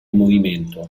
movimento